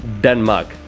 Denmark